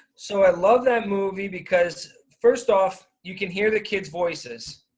so i love that movie because, first off, you can hear the kids voices.